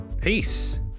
Peace